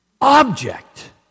object